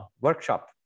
workshop